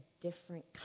different